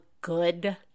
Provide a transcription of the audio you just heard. good